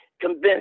convince